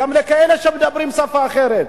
גם לכאלה שמדברים שפה אחרת,